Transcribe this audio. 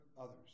others